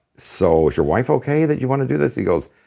so, is your wife okay that you want to do this? he goes,